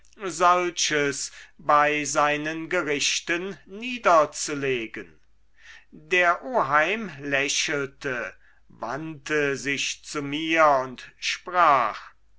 solches bei seinen gerichten niederzulegen der oheim lächelte wandte sich zu mir und sprach